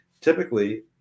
typically